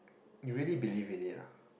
you really believe in it lah